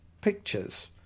pictures